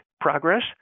progress